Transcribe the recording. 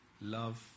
love